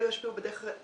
אלו ישפיעו בדרך אחרת.